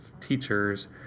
teachers